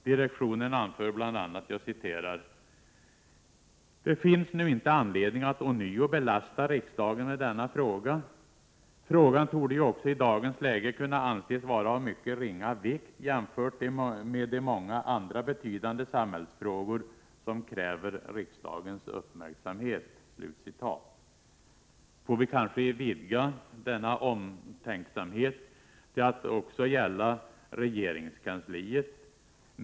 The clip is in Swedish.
Direktionen anför bl.a.: ”Det finns nu inte anledning att ånyo belasta riksdagen med denna fråga. Frågan torde ju också i dagens läge kunna anses vara av mycket ringa vikt jämfört med de många andra betydande samhällsfrågor som kräver riksdagens uppmärksamhet.” Får vi kanske vidga denna omtänksamhet till att gälla även regeringskansliet?